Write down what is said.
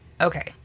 Okay